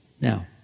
Now